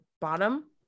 bottom